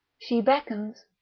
she beckons,